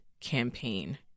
campaign